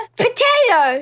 potato